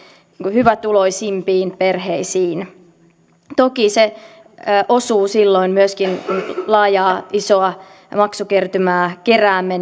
hyvätuloisimpiin perheisiin toki ne osuvat silloin myöskin kun laajaa isoa maksukertymää keräämme